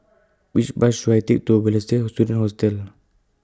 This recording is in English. Which Bus should I Take to Balestier Student Hostel